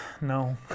No